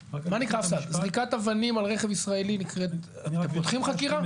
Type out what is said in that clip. זריקת אבנים על רכב ישראלי, פותחים חקירה?